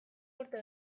urte